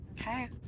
Okay